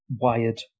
wired